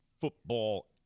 football